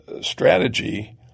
strategy